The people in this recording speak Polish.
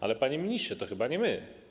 Ale, panie ministrze, to chyba nie my.